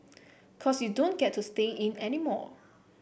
cause you don't get to stay in anymore